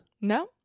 No